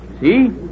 see